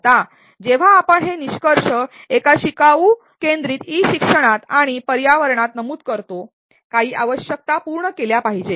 आता जेव्हा आपण हे निष्कर्ष एका शिकाऊ केंद्रीत ई शिक्षणात आणि पर्यावरणात नमूद करतो काही आवश्यकता पूर्ण केल्या पाहिजेत